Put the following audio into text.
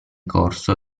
corso